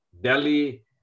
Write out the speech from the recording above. Delhi